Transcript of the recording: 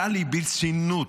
טלי, ברצינות.